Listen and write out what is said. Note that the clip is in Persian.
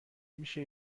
میشه